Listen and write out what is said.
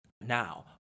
Now